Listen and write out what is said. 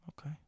okay